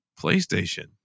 PlayStation